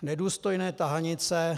Nedůstojné tahanice.